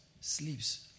sleeps